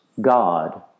God